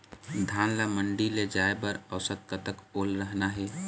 धान ला मंडी ले जाय बर औसत कतक ओल रहना हे?